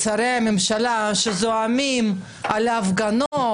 את השרים שזועמים על ההפגנות,